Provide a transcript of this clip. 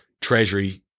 treasury